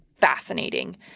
fascinating